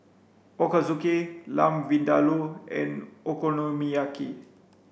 Ochazuke Lamb Vindaloo and Okonomiyaki